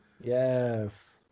Yes